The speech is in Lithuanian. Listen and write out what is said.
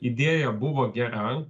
idėja buvo gera